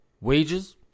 wages